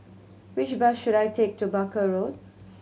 which bus should I take to Barker Road